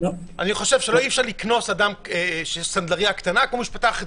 אני חושב שאי-אפשר לקנוס אדם שפתח סנדלריה קטנה כמו שפתחו,